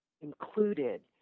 included